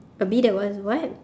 a bee that was what